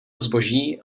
zboží